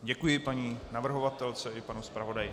Děkuji paní navrhovatelce i panu zpravodaji.